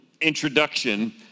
introduction